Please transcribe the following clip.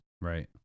Right